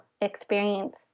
experience